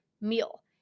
meal